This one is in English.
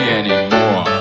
anymore